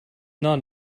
not